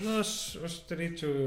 na aš aš turėčiau jau